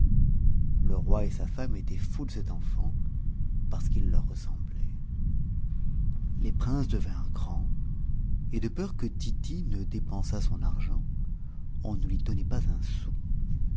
le roi et sa femme étaient fous de cet enfant parce qu'il leur ressemblait les princes devinrent grands et de peur que tity ne dépensât son argent on ne lui donnait pas un sou